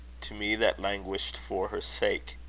to me that languished for her sake